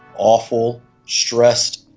awful, stressed.